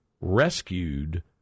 rescued